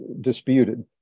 disputed